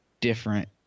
different